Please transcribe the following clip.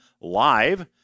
live